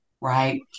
right